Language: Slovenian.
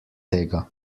tega